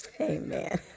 Amen